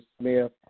Smith